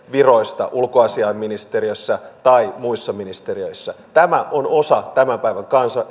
viroista ulkoasiainministeriössä tai muissa ministeriöissä tämä on osa tämän päivän